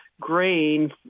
grain